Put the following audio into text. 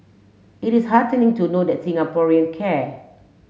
it is heartening to know that Singaporean care